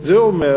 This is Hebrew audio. זה אומר